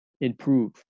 improve